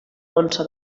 onça